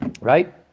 Right